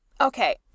Okay